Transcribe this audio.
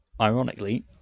ironically